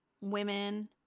women